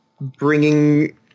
bringing